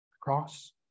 cross